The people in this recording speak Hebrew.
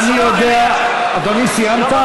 לפי מה שאני יודע, אדוני, סיימת?